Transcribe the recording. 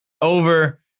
over –